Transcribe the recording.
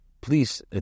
please